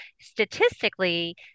statistically